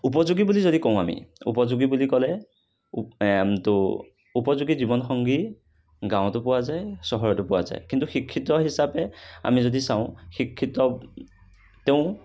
উপযোগী বুলি যদি কওঁ আমি উপযোগী বুলি ক'লে তো উপযোগী জীৱনসংগী গাৱঁটো পোৱা যায় চহৰতো পোৱা যায় কিন্তু শিক্ষিত হিচাপে আমি যদি চাওঁ শিক্ষিত তেওঁ